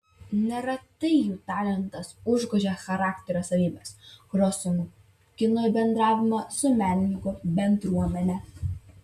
neretai jų talentas užgožė charakterio savybes kurios sunkino bendravimą su menininkų bendruomene